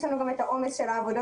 יש לנו גם את העומס של העבודות,